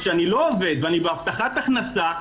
כשאני לא עובד ואני בהבטחת הכנסה,